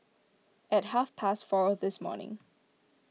at half past four this morning